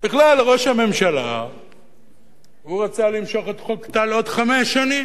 בכלל ראש הממשלה רצה למשוך את חוק טל לעוד חמש שנים.